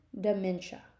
dementia